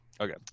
okay